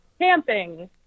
Camping